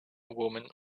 woman